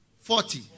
Forty